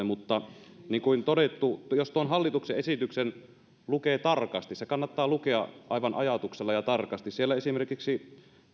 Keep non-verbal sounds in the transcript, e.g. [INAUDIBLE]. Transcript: [UNINTELLIGIBLE] mutta niin kuin todettu jos hallituksen esityksen lukee tarkasti se kannattaa lukea aivan ajatuksella ja tarkasti siellä esimerkiksi